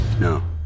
No